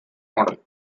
model